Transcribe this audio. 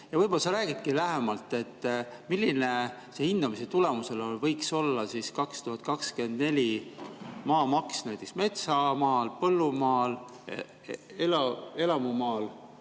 Võib-olla sa räägidki lähemalt, milline hindamise tulemusel võiks olla 2024 maamaks näiteks metsamaal, põllumaal, elamumaal?